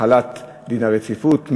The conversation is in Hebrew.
החלת דין הרציפות,